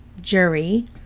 jury